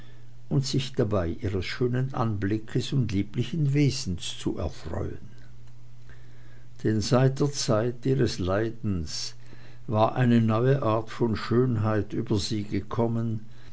und sich dabei ihres schönen anblickes und lieblichen wesens zu erfreuen denn seit der zeit ihres leidens war eine neue art von schönheit über sie gekommen